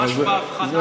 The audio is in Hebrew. משהו באבחנה לא עובד.